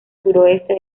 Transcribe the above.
suroeste